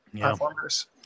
performers